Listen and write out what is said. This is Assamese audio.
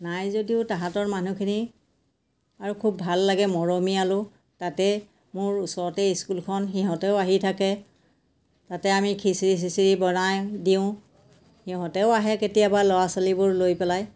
নাই যদিও তাহাঁতৰ মানুহখিনি আৰু খুব ভাল লাগে মৰমীয়ালো তাতে মোৰ ওচৰতে স্কুলখন সিহঁতেও আহি থাকে তাতে আমি খিচিৰি চিচিৰি বনাই দিওঁ সিহঁতেও আহে কেতিয়াবা ল'ৰা ছোৱালীবোৰ লৈ পেলাই